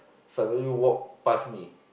suddenly walk past me